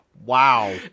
Wow